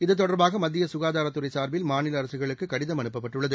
இது தொடர்பாக மத்திய சுகாதாரத்துறை சார்பில் மாநில அரசுகளுக்கு கடிதம் அனுப்பப்பட்டுள்ளது